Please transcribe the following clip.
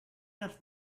not